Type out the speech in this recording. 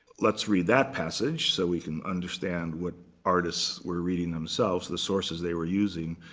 let's read that passage so we can understand what artists were reading themselves, the sources they were using.